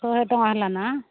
ଶହେ ଟ ହେଲାନ